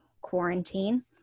quarantine